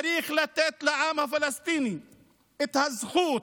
צריך לתת לעם הפלסטיני את הזכות